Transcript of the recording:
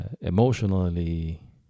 emotionally